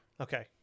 Okay